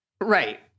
Right